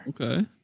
Okay